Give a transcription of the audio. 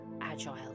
agile